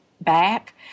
back